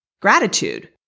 gratitude